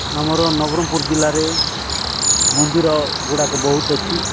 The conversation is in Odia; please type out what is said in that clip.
ଆମର ନବରଙ୍ଗପୁର ଜିଲ୍ଲାରେ ମନ୍ଦିରଗୁଡ଼ାକ ବହୁତ ଅଛି